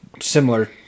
similar